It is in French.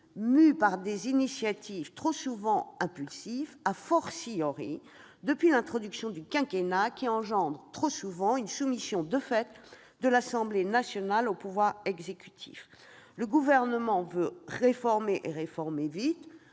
mue par des initiatives trop souvent impulsives, depuis l'introduction du quinquennat, qui engendre trop souvent une soumission de fait de l'Assemblée nationale au pouvoir exécutif. Le Gouvernement veut réformer et réformer vite.